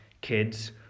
kids